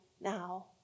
now